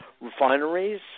refineries